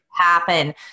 happen